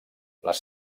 les